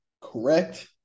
correct